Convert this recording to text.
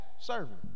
serving